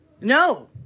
No